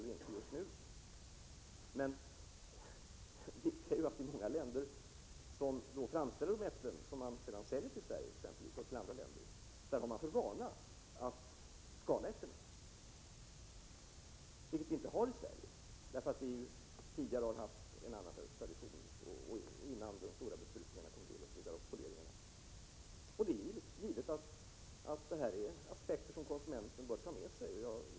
Det är också viktigt att notera att man i många länder som framställer dessa äpplen som säljs till Sverige och andra länder har för vana att skala äpplena, vilket vi inte gör i Sverige, där traditionen har varit en annan, innan besprutningarna och poleringarna började göras. Det är givet att detta är aspekter som konsumenten bör få del av.